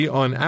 on